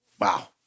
Wow